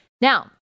Now